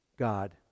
God